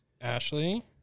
Ashley